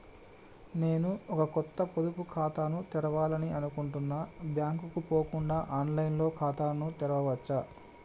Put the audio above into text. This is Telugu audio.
నేను ఒక కొత్త పొదుపు ఖాతాను తెరవాలని అనుకుంటున్నా బ్యాంక్ కు పోకుండా ఆన్ లైన్ లో ఖాతాను తెరవవచ్చా?